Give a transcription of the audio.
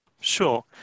Sure